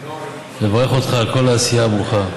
לברך אותך על כל העשייה הברוכה.